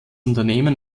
unternehmen